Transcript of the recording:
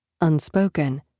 Unspoken